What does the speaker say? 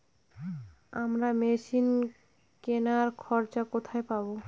আমরা মেশিন কেনার খরচা কোথায় পাবো?